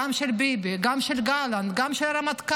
גם של ביבי, גם של גלנט, גם של הרמטכ"ל.